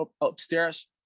upstairs